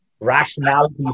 Rationality